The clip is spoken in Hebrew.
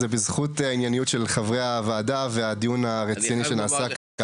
זה בזכות הענייניות של חברי הוועדה והדיון הרציני שנעשה כאן.